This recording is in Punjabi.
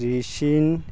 ਜੀਸ਼ਿਨ